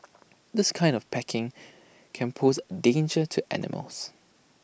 this kind of packaging can pose A danger to animals